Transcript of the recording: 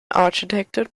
architecture